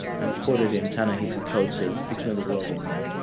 and quoted in ta-nehesi coates's between the world and me,